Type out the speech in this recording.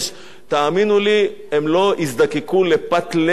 הם לא יזדקקו לפת לחם אם הם ירוויחו שם.